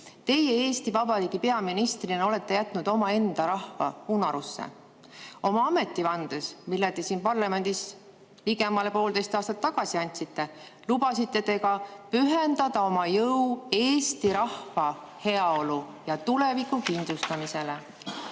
Eesti Vabariigi peaministrina olete jätnud omaenda rahva unarusse. Oma ametivandes, mille te siin parlamendis ligemale poolteist aastat tagasi andsite, lubasite te ka pühendada oma jõu Eesti rahva heaolu ja tuleviku kindlustamisele.